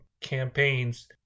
campaigns